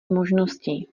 možností